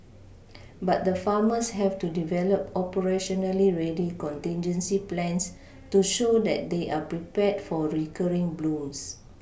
but the farmers have to develop operationally ready contingency plans to show that they are prepared for recurring blooms